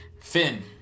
Finn